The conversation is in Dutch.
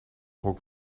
rock